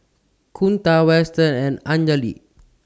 Kunta Weston and Anjali